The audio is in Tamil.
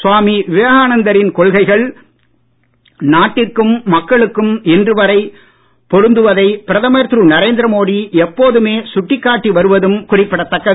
சுவாமி விவேகானந்தரின் கொள்கைகள் நாட்டிற்கும் மக்களுக்கும் இன்று வரை பொருந்துவதை பிரதமர் திரு நரேந்திர மோடி எப்போதுமே சுட்டிக் காட்டி வருவதும் குறிப்பிடதக்கது